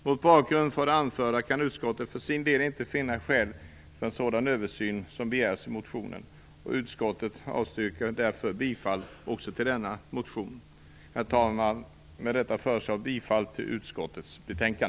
Mot bakgrund av det anförda kan utskottet för sin del inte finna skäl för en sådan översyn som begärs i motionen. Utskottet avstyrker därför bifall också till denna motion. Herr talman! Med detta föreslår jag bifall till utskottets hemställan.